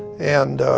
and,